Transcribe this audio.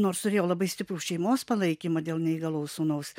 nors turėjau labai stiprų šeimos palaikymą dėl neįgalaus sūnaus